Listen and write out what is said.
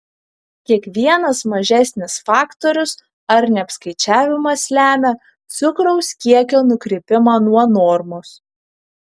kiekvienas mažesnis faktorius ar neapskaičiavimas lemia cukraus kiekio nukrypimą nuo normos